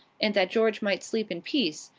and that george might sleep in peace,